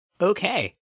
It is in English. Okay